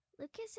Lucas